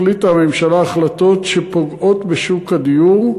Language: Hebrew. החליטה הממשלה החלטות שפוגעות בשוק הדיור,